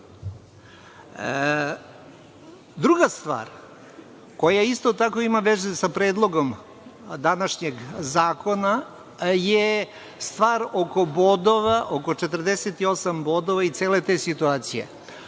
stvar koja isto tako ima veze sa predlogom današnjeg zakona je stvar oko bodova, oko 48 bodova i cele te situacije.